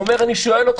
הוא אמר: סגלוביץ',